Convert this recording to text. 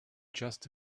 just